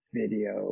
video